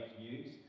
news